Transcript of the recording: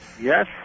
Yes